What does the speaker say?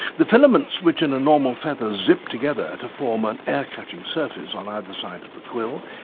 the filaments, which in a normal feather zip together to form an air-catching surface on either side of the quill,